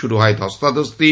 শুরু হয় ধস্তাধস্তি